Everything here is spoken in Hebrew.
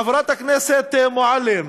חברת הכנסת מועלם,